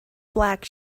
black